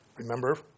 Remember